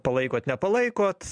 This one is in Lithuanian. palaikot nepalaikot